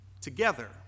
together